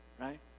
Right